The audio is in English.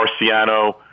Marciano